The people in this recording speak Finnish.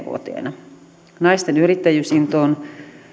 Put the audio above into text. vuotiaina naisten yrittäjyysintoon